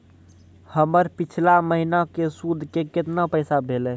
हमर पिछला महीने के सुध के केतना पैसा भेलौ?